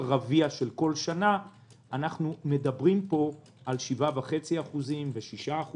רביע של כל שנה אנחנו מדברים על 7.5% ו-6%.